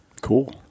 Cool